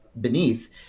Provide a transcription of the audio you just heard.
beneath